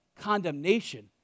condemnation